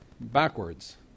Backwards